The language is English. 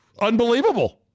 unbelievable